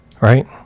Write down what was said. right